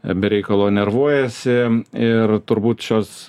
be reikalo nervuojasi ir turbūt šios